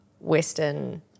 Western